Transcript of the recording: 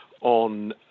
on